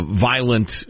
violent